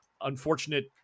unfortunate